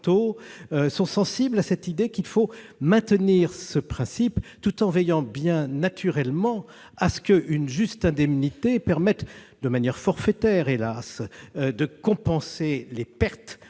sont sensibles à cette idée : il faut maintenir ce principe, tout en veillant à ce qu'une juste indemnité permette- de manière forfaitaire, hélas ! -de compenser les pertes